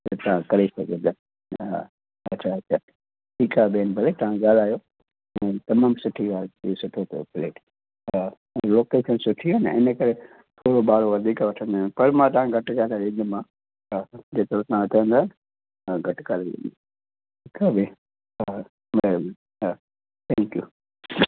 त तव्हां करे सघंदा हा अछा अछा ठीकु आहे भेण भले तव्हां ॻाल्हायो ऐं तमामु सुठी ॻाल्हि हीउ सुठो अथव फ़्लैट हा लोकेशन सुठी आहे न इन करे थोरो भाड़ो वधीक वठंदा आहियूं पर मां तव्हांखे घटि कराए ॾींदोमांव हा जेतिरो तव्हां चवंदा हा घटि कराए ॾींदुमि ठीकु आहे भेण हा भई हा सही कयो